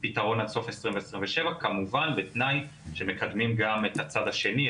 פתרון עד סוף 2027 כמובן בתנאי שמקדמים גם את הצד השני,